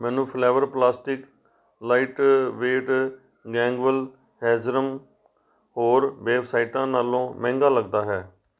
ਮੈਨੂੰ flavour plastic lightweight ਗੈਂਗਵੈਲ ਹੈਂਜਰਮ ਹੋਰ ਵੈੱਬਸਾਈਟਾਂ ਨਾਲੋਂ ਮਹਿੰਗਾ ਲੱਗਦਾ ਹੈ